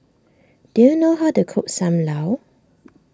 do you know how to cook Sam Lau